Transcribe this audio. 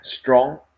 strong